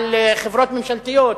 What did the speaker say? על חברות ממשלתיות,